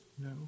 no